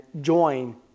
join